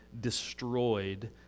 destroyed